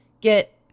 get